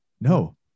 No